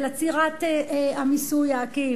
של עצירת המיסוי העקיף,